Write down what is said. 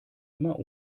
immer